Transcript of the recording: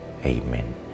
Amen